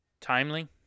timely